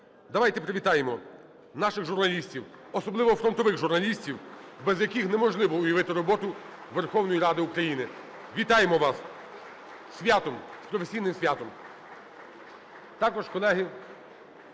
Давайте привітаємо наших журналістів, особливо фронтових журналістів, без яких неможливо уявити роботу Верховної Ради України. Вітаємо вас! Зі святом! З професійним святом!